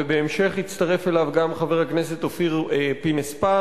ובהמשך הצטרף אליו גם חבר הכנסת אופיר פינס-פז.